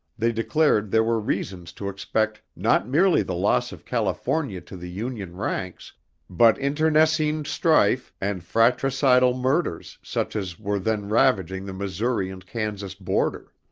they declared there were reasons to expect not merely the loss of california to the union ranks but internecine strife and fratricidal murders such as were then ravaging the missouri and kansas border.